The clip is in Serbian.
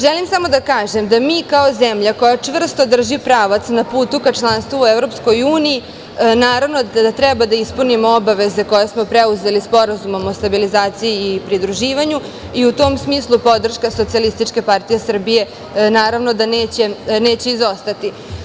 Želim samo da kažem da mi kao zemlja koja čvrsto drži pravac na putu ka članstvu u EU naravno da treba da ispunimo obaveze koje smo preuzeli Sporazumom o stabilizaciji i pridruživanju i u tom smislu podrška SPS naravno da neće izostati.